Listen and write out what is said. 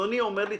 אדוני אומר לי,